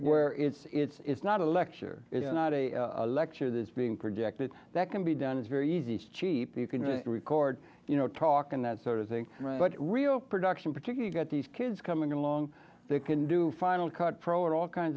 where it's it's not a lecture it's not a a lecture this being projected that can be done it's very easy cheap you can record you know talk and that sort of thing but real production particular got these kids coming along they can do final cut pro and all kinds